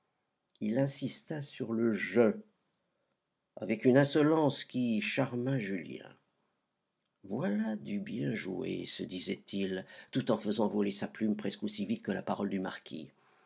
il insista sur le je avec une insolence qui charma julien voilà du bien joué se disait-il tout en faisant voler sa plume presque aussi vite que la parole du marquis